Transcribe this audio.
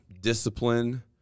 Discipline